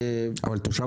אבל תושב